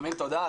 אמיר, תודה.